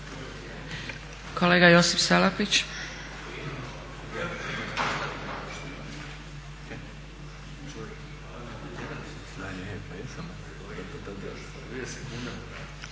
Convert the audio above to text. Kolega Josip Salapić.